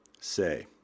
say